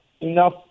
enough